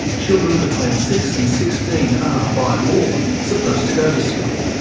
children between six and sixteen are by law supposed to go to school,